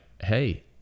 hey